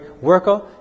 worker